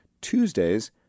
Tuesdays